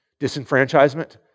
Disenfranchisement